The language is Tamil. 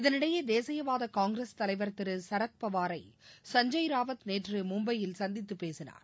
இதனிடையே தேசியவாத காங்கிரஸ் தலைவர் திரு சரத்பவாரை சஞ்ஜை ராவத் நேற்று மும்பையில் சந்தித்து பேசினார்